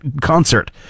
concert